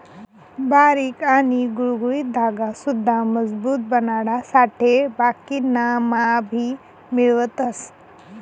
बारीक आणि गुळगुळीत धागा सुद्धा मजबूत बनाडासाठे बाकिना मा भी मिळवतस